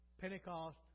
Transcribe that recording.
Pentecost